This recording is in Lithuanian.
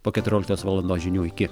po keturioliktos valandos žinių iki